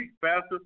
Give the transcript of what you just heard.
faster